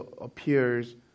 appears